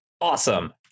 Awesome